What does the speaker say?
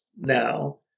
now